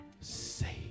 saved